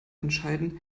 entscheiden